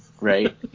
right